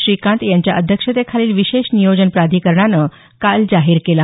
श्रीकांत यांच्या अध्येक्षतेखालील विशेष नियोजन प्राधिकरणानं काल जाहीर केला